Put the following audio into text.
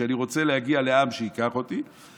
שאני רוצה להגיע לעם שייקח אותי.